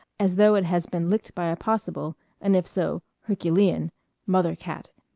as though it has been licked by a possible and, if so, herculean mother-cat.